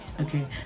okay